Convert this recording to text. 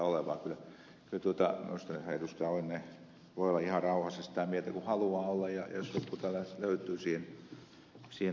lauri oinonen voi olla ihan rauhassa sitä mieltä kuin haluaa olla ja jos joitakin täältä löytyy sitä tukemaan niin okei